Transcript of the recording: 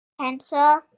Pencil